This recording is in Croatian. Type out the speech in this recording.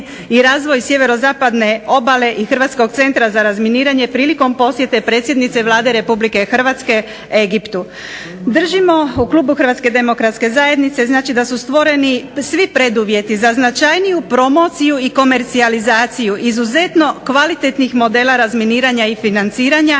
i razvoja Sjeverozapadne obale i Hrvatskog centra za razminiranje prilikom posjete predsjednice Vlade RH Egiptu. Držimo u klubu HDZ-a da su stvoreni svi preduvjeti za značajniju promociju i komercijalizaciju izuzetno kvalitetnih modela razminiranja i financiranja,